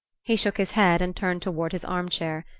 he shook his head and turned toward his arm-chair.